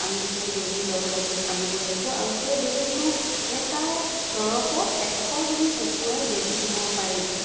আমি সেই বেজি ল'ব লাগি আনিব লাগিব আৰু সেই বেজিটো এটা দৰৱত এশজনী কুকুৰাক বেজি দিব পাৰি